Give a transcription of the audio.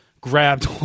grabbed